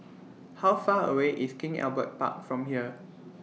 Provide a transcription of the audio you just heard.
How Far away IS King Albert Park from here